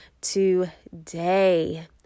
today